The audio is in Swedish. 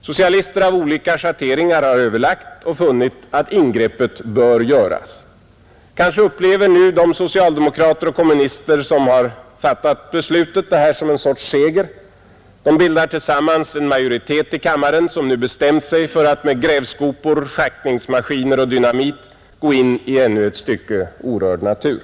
Socialister av olika schatteringar har överlagt och funnit att ingreppet bör göras, Kanske upplever nu de socialdemokrater och kommunister som fattat beslutet det här som en sorts seger. De bildar tillsammans en majoritet i kammaren, som nu bestämt sig för att med grävskopor, schaktningsmaskiner och dynamit gå in i ännu ett stycke orörd natur.